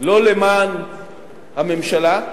לא למען הממשלה,